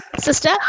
Sister